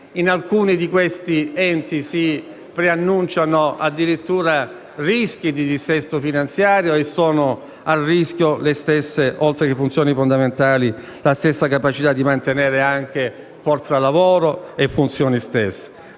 In alcuni di questi enti si preannunciano addirittura rischi di dissesto finanziario e sono a rischio non solo le funzioni fondamentali, ma anche la stessa capacità di mantenere forza lavoro e funzioni.